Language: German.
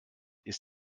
ist